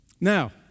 Now